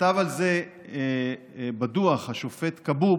השופט כבוב,